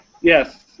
Yes